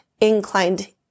inclined